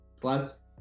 plus